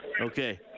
Okay